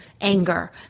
Anger